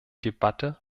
debatte